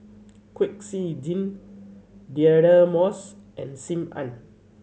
Kwek Siew Jin Deirdre Moss and Sim Ann